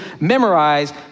memorize